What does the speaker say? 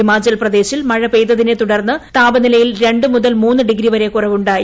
ഹിമാചൽ പ്രദേശിൽ മഴ പെയ്തതിനെ തുടർന്ന് താപനിലയിൽ രണ്ടു മുതൽ മൂന്ന് ഡിഗ്രി വരെ കുറവുണ്ടായി